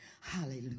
hallelujah